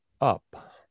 up